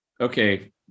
okay